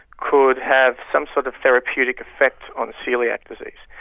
could have some sort of therapeutic effect on coeliac disease.